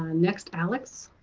next alex.